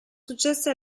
successe